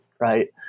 right